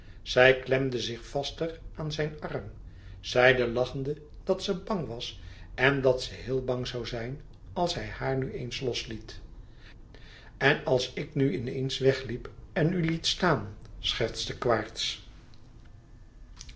zij klemde zich vaster aan louis couperus extaze een boek van geluk zijn arm zeide lachende dat ze bang was en dat ze heel bang zoû zijn als hij haar nu in eens losliet en als ik nu in eens wegliep en u liet staan schertste